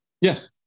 Yes